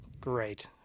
great